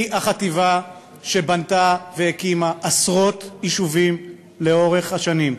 היא החטיבה שבנתה והקימה עשרות יישובים לאורך השנים.